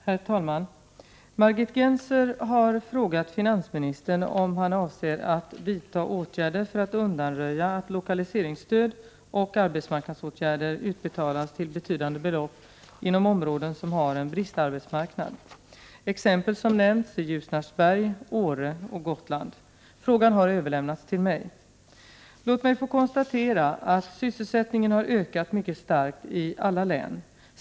Herr talman! Margit Gennser har frågat finansministern om han avser att vidta åtgärder för att undanröja att lokaliseringsstöd och arbetsmarknadsåtgärder utbetalas till betydande belopp inom områden som har en bristarbetsmarknad. Exempel som nämnts är Ljusnarsberg, Åre och Gotland. Frågan har överlämnats till mig. Låt mig få konstatera att sysselsättningen har ökat mycket starkt i alla län.